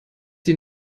die